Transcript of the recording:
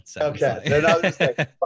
Okay